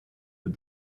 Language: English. but